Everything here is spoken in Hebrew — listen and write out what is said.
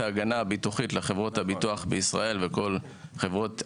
ההגנה הביטוחית לחברות הביטוח בישראל ובעולם.